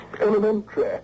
Elementary